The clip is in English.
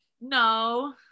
no